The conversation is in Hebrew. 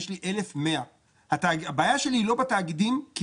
יש לי 1,100. הבעיה שלי היא לא בתאגידים כי